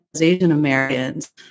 Asian-Americans